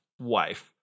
wife